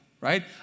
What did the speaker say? right